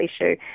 issue